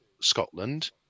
Scotland